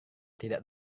tidak